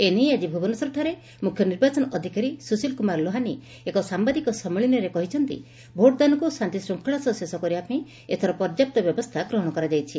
ଏନେଇ ଆଜି ଭୁବନେଶ୍ୱରଠାରେ ମୁଖ୍ୟ ନିର୍ବାଚନ ଅଧିକାରୀ ସୁଶିଲ୍ କୁମାର ଲୋହାନୀ ଏକ ସାମ୍ଘାଦିକ ସମ୍ମିଳନୀରେ କହିଛନ୍ତି ଭୋଟ୍ଦାନକୁ ଶାନ୍ତିଶୂଙ୍ଖଳା ସହ ଶେଷ କରିବାପାଇଁ ଏଥର ପର୍ଯ୍ୟାପ୍ତ ବ୍ୟବସ୍ରା ଗ୍ରହଣ କରାଯାଇଛି